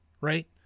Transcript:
right